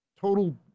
total